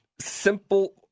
simple